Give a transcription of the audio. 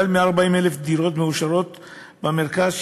מעל 40,000 דירות מאושרות במרכז,